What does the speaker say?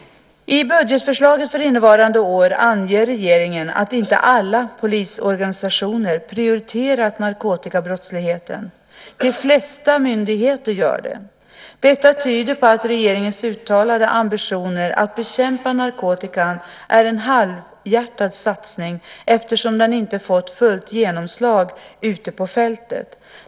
I budgetförslaget för innevarande år anger regeringen att inte alla polisorganisationer prioriterat narkotikabrottsligheten. De flesta myndigheter gör det. Detta tyder på att regeringens uttalade ambitioner att bekämpa narkotikan är en halvhjärtad satsning eftersom den inte fått fullt genomslag ute på fältet.